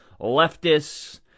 leftists